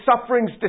suffering's